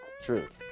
Truth